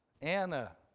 Anna